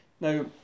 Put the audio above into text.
Now